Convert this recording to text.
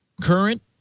current